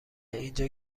اینجا